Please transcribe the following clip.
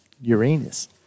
Uranus